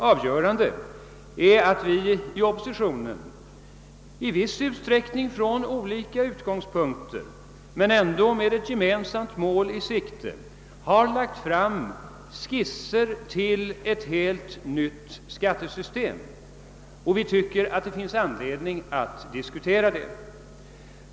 Avgörande är att vi inom oppositionen — i viss utsträckning från olika utgångspunkter men ändå med ett gemensamt mål i sikte — har presenterat skisser till ett helt nytt skattesystem, och vi tycker det finns anledning att diskutera dessa.